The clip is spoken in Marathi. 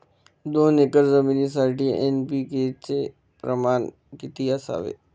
दोन एकर जमीनीसाठी एन.पी.के चे प्रमाण किती असावे?